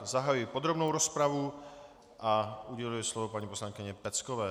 Zahajuji podrobnou rozpravu a uděluji slovo paní poslankyni Peckové.